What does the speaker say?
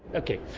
okay,